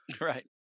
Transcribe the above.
Right